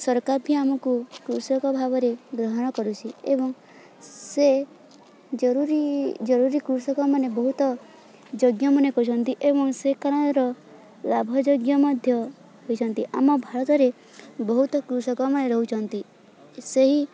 ସରକାର ବି ଆମକୁ କୃଷକ ଭାବରେ ଗ୍ରହଣ କରୁଛି ଏବଂ ସେ ଜରୁରୀ ଜରୁରୀ କୃଷକମାନେ ବହୁତ ଯଜ୍ଞମାନେ କରୁଛନ୍ତି ଏବଂ ସେ କାରଣର ଲାଭ ଯୋଗ୍ୟ ମଧ୍ୟ ହୋଇଛି ଆମ ଭାରତରେ ବହୁତ କୃଷକମାନେ ରହୁଛନ୍ତି ସେହି